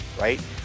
right